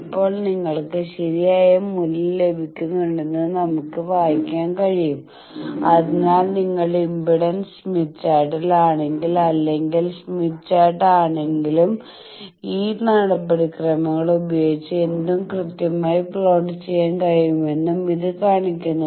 ഇപ്പോൾ നിങ്ങൾക്ക് ശരിയായ മൂല്യം ലഭിക്കുന്നുണ്ടെന്ന് നമ്മൾക്ക് വായിക്കാൻ കഴിയും അതിനാൽ നിങ്ങൾ ഇംപെഡൻസ് സ്മിത്ത് ചാർട്ടിൽ ആണെങ്കിലും അല്ലെങ്കിൽ സ്മിത്ത് ചാർട്ട്ൽ ആണെങ്കിലും ഈ നടപടിക്രമങ്ങൾ ഉപയോഗിച്ച് എന്തും കൃത്യമായി പ്ലോട്ട് ചെയ്യാൻ കഴിയുമെന്ന് ഇത് കാണിക്കുന്നു